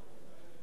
מי יעז